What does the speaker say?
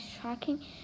tracking